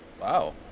Wow